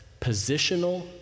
positional